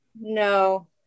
No